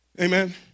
Amen